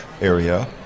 area